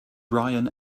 brian